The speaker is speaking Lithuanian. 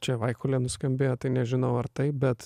čia vaikulė nuskambėjo tai nežinau ar taip bet